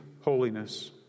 holiness